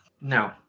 No